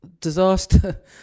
disaster